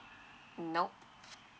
nope